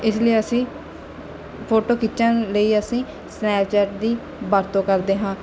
ਇਸ ਲਈ ਅਸੀਂ ਫੋਟੋ ਖਿੱਚਣ ਲਈ ਅਸੀਂ ਸਨੈਪਚੈਟ ਦੀ ਵਰਤੋਂ ਕਰਦੇ ਹਾਂ